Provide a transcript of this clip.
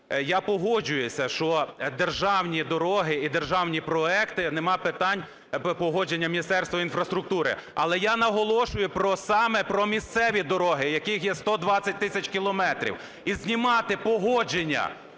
я погоджуюсь, що державні дороги і державні проекти, нема питань, погодження Міністерства інфраструктури. Але я наголошую саме про місцеві дороги, яких є 120 тисяч кілометрів. І знімати погодження,